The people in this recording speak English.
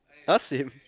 !huh! same